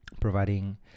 providing